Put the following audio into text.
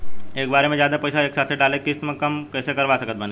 एके बार मे जादे पईसा एके साथे डाल के किश्त कम कैसे करवा सकत बानी?